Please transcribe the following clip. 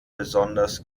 besonders